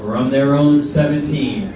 are on their own seventeen